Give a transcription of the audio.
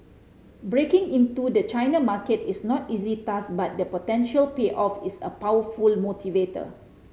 breaking into the China market is no easy task but the potential payoff is a powerful motivator